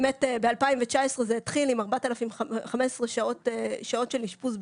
ב-2019 זה התחיל עם 4,015 שעות של אשפוז בית,